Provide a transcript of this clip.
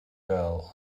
girl